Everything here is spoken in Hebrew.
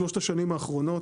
שלושת השנים האחרונות,